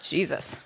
Jesus